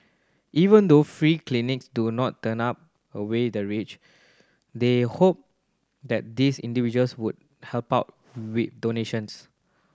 even though free clinics do not turn up away the rich they hope that these individuals would help out with donations